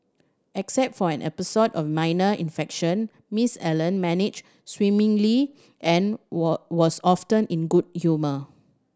except for an episode of minor infection Miss Allen managed swimmingly and were was often in good humour